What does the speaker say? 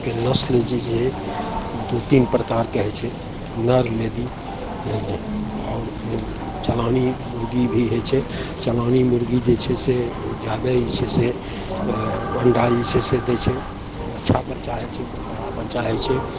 के नस्ल जे जे दुइ तीन प्रकारके होइ छै नर मेदी आओर ओ चलानी मुरगी भी होइ छै चलानी मुरगी जे छै से ओ जादे जे छै से एँ अण्डा जे छै से दै छै अच्छा बच्चा होइ छै ओकर बड़ा बच्चा होइ छै